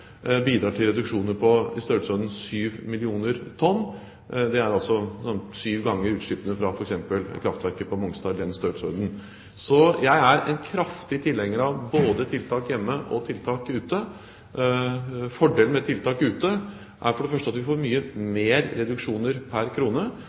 bidrar til reduksjoner på i størrelsesorden 7 millioner tonn – det er i størrelsesorden syv ganger utslippene fra f.eks. kraftverket på Mongstad – så jeg er en kraftig tilhenger av både tiltak hjemme og tiltak ute. Fordelen med tiltak ute er for det første at vi får